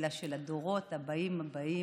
אלא של הדורות הבאים הבאים הבאים,